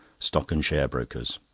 stock and share brokers.